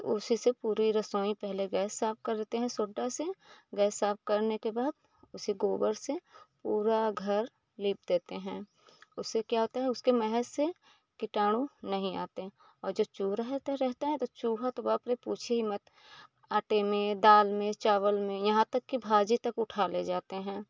तो उसी से पूरी रसोई पहले गैस साफ़ करते हैं सोड्डा से गैस साफ़ करने के बाद उसी गोबर से पूरा घर लीप देते हैं उससे क्या होता है उसकी महक से कीटाणु नहीं आते हैं और जो चूड़है तो रहता है तो चूहा तो बाप रे पूछिए ही मत आटे में दाल में चावल में यहाँ तक कि भाजी तक उठा ले जाते हैं